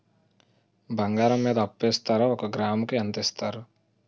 బంగారం మీద అప్పు ఇస్తారా? ఒక గ్రాము కి ఎంత ఇస్తారు?